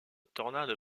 tornade